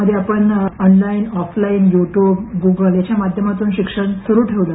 मधल्या काळात आपण online offline YouTube Google यांच्या माध्यमातून शिक्षण सुरु ठेवलं